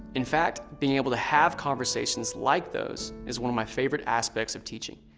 in fact, being able to have conversations like those is one of my favorite aspects of teaching.